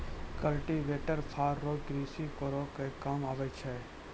cultivator फार रो कृषि करै मे काम आबै छै